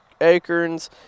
acorns